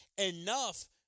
Enough